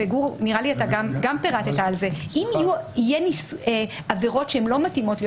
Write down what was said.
וגם גור פירט את זה - שאם יהיו עבירות שהן לא מתאימות להיות